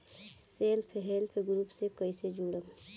Self help group से कइसे जुड़म?